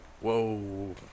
whoa